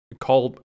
call